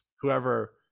whoever